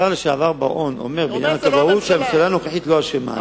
השר לשעבר בר-און אומר בעניין הכבאות שהממשלה הנוכחית לא אשמה.